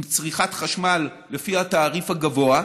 עם צריכת חשמל לפי התעריף הגבוה.